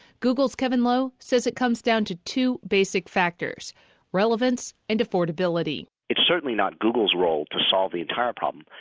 google's kevin lo says it comes down to two basic factors relevance and affordability it's certainly not google's role to solve the entire problem,